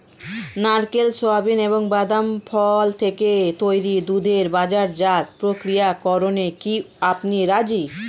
নারকেল, সোয়াবিন এবং বাদাম ফল থেকে তৈরি দুধের বাজারজাত প্রক্রিয়াকরণে কি আপনি রাজি?